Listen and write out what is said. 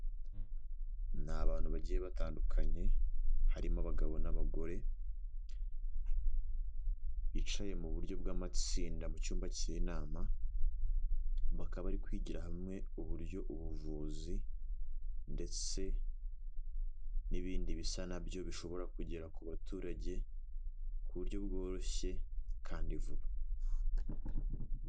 Ni abantu bagiye batandukanye harimo abagabo n'abagore, bicaye mu buryo bw'amatsinda mu cyumba cy'inama, bakaba bari kwigira hamwe uburyo ubuvuzi ndetse n'ibindi bisa na byo bishobora kugera ku baturage ku buryo bworoshye kandi vuba.